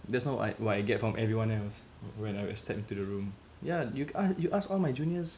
that's not what I what I get from everyone else when I step into the room ya you you ask all my juniors